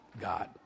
God